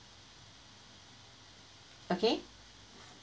okay